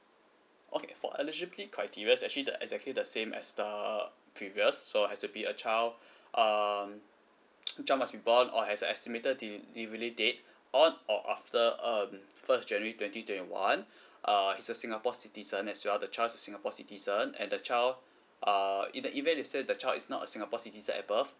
okay for eligibility criteria actually the exactly the same as the previous so have to be a child um the child must be born or has a estimated de~ delivery date on or after um first january twenty twenty one uh he's a singapore citizen as well the child is a singapore citizen and the child err in the event let's say the child is not a singapore citizen at birth